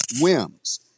whims